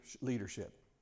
leadership